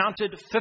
counted